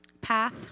path